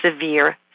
severe